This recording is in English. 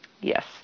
Yes